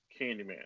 Candyman